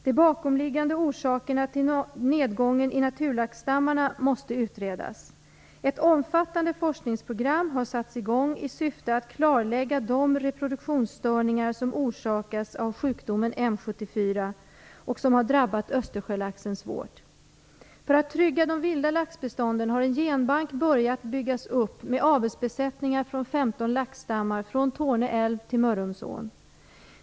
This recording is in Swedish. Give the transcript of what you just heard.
De bakomliggande orsakerna till nedgången i naturlaxstammarna måste utredas. Ett omfattande forskningsprogram har satts i gång i syfte att klarlägga de reproduktionsstörningar som orsakas av sjukdomen M 74 och som har drabbat Östersjölaxen svårt. För att trygga de vilda laxbestånden har en genbank börjat byggas upp med avelsbesättningar från 15 laxstammar från Torne älv till Mörrumsån.